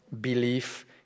belief